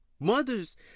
Mothers